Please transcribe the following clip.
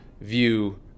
view